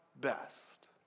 best